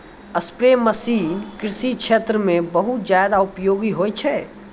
spray machine कृषि क्षेत्र म बहुत जादा उपयोगी होय छै